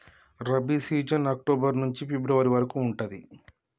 rabi season October నుంచి February వరకు ఉంటది